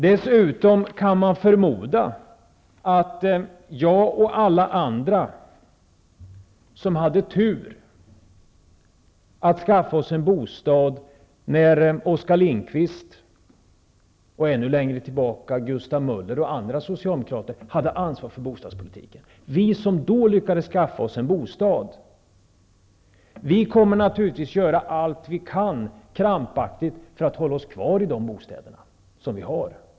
Dessutom kan man förmoda att jag och alla andra som hade turen att skaffa oss en bostad, när Oskar Lindkvist -- och ännu längre tillbaka Gustav Möller -- och andra socialdemokrater hade ansvar för bostadspolitiken, naturligtvis kommer att göra allt vi kan för att krampaktigt hålla oss kvar i de bostäder som vi har.